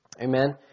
Amen